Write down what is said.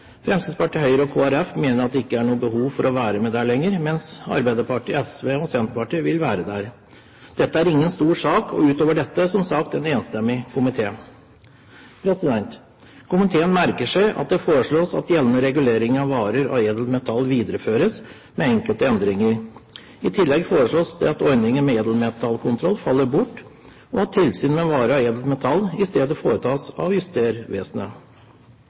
Fremskrittspartiet, Høyre og Kristelig Folkeparti mener at det ikke er noe behov for å være med der lenger, mens Arbeiderpartiet, SV og Senterpartiet vil være der. Dette er ingen stor sak, og utover dette er det som sagt en enstemmig komité. Komiteen merker seg at det foreslås at gjeldende regulering av varer av edelt metall videreføres, med enkelte endringer. I tillegg foreslås det at ordningen med edelmetallkontroll faller bort, og at tilsyn med varer av edelt metall i stedet foretas av Justervesenet.